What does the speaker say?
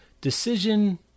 decision